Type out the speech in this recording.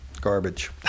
garbage